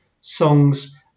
songs